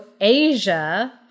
Asia